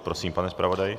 Prosím, pane zpravodaji.